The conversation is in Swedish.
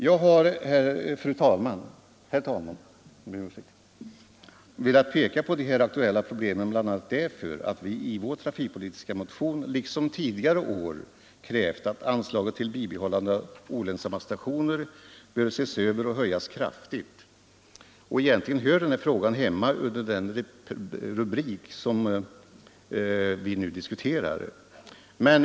Jag har, herr talman, velat peka på de här aktuella problemen bl.a. därför att vi i vår trafikpolitiska motion, liksom tidigare år, krävt att anslaget till bibehållande av olönsamma stationer bör ses över och höjas kraftigt. Egentligen hör denna fråga hemma inom det ämnesområde vi nu diskuterar.